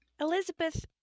Elizabeth